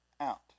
out